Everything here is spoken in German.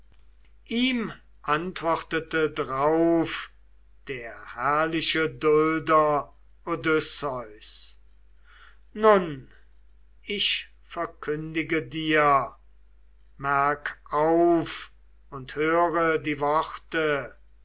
ihm antwortete drauf der herrliche dulder odysseus nun ich verkündige dir merk auf und höre die worte